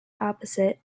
opposite